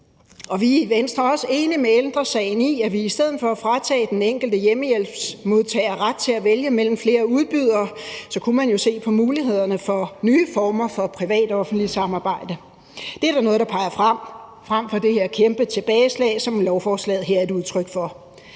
Og vi i Venstre er også enige med Ældre Sagen i, at vi i stedet for at fratage den enkelte hjemmehjælpsmodtager ret til at vælge imellem flere udbydere kunne se på mulighederne for nye former for privat og offentligt samarbejde. Det er da noget, der peger frem, frem for det her kæmpe tilbageslag, som lovforslaget her er et udtryk for.